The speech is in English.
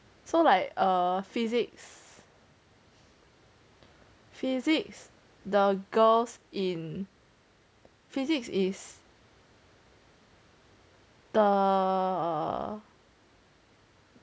so like err physics physics the girls in physics is the